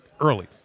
early